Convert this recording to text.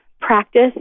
practice